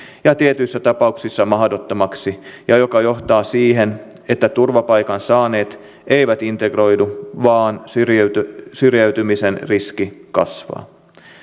ja tietyissä tapauksissa mahdottomaksi ja joka johtaa siihen että turvapaikan saaneet eivät integroidu vaan syrjäytymisen syrjäytymisen riski kasvaa